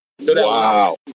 Wow